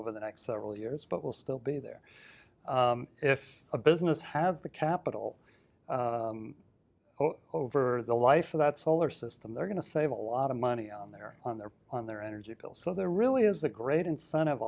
over the next several years but will still be there if a business has the capital over the life of that solar system they're going to save a lot of money on their on their on their energy bills so there really is a great incentive